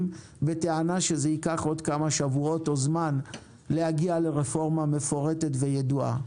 בטענה שזה ייקח עוד כמה שבועות או זמן להגיע לרפורמה מפורטת וידועה.